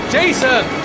Jason